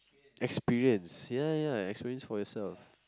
experience ya ya experience for yourself